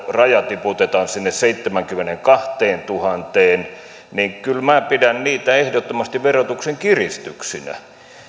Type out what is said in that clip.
raja tiputetaan sinne seitsemäänkymmeneenkahteentuhanteen kyllä minä pidän niitä ehdottomasti verotuksen kiristyksinä